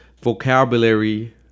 vocabulary